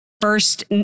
first